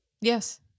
Yes